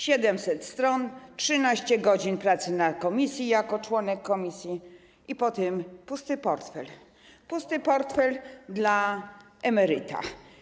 700 stron, 13 godzin pracy w komisji jako członek komisji i po tym pusty portfel, pusty portfel dla emeryta.